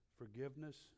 forgiveness